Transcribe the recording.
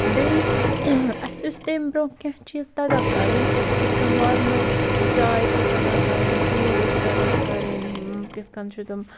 بیٚیہِ اَسہِ اوس تمہِ برٛونٛہہ کیٚنٛہہ چیٖز تَگان کَرٕنۍ یِتھٕ کٔنۍ نارمَل چاے چھُ تَگان کَرٕنۍ ٹھوٗل ٲسۍ تَگان کَرٕنۍ کِتھٕ کٔنۍ چھ تِم